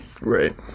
Right